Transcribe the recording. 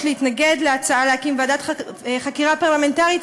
להתנגד להצעה להקים ועדת חקירה פרלמנטרית,